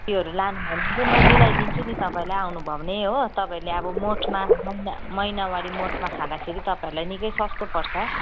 त्योहरू लानुभयो भने चाहिँ म मिलाइदिन्छु नि तपाईँलाई आउनुभयो भने हो तपाईँहरूले अब मोठमा महिना महिनावारी मोठमा खाँदाखेरि तपाईँहरूलाई निकै सस्तो पर्छ